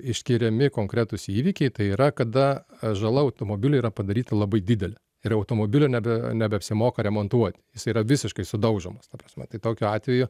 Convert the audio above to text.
išskiriami konkretūs įvykiai tai yra kada a žala automobiliui yra padaryta labai didelė ir automobilio nebe nebeapsimoka remontuot jis yra visiškai sudaužomas ta prasme tai tokiu atveju